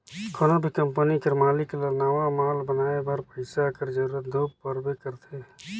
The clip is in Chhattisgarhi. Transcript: कोनो भी कंपनी कर मालिक ल नावा माल बनाए बर पइसा कर जरूरत दो परबे करथे